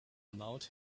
allowed